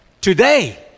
today